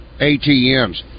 ATMs